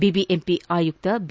BBMP ಆಯುಕ್ತ B